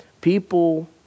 People